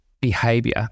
behavior